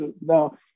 Now